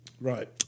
right